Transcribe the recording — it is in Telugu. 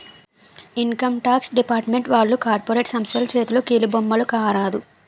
ఇన్కమ్ టాక్స్ డిపార్ట్మెంట్ వాళ్లు కార్పొరేట్ సంస్థల చేతిలో కీలుబొమ్మల కారాదు